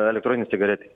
elektroninės cigaretės